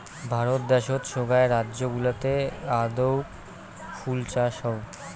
ভারত দ্যাশোত সোগায় রাজ্য গুলাতে আদৌক ফুল চাষ হউ